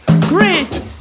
great